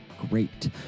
Great